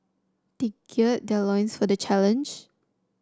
they gird their loins for the challenge